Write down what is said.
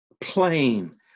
plain